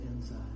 inside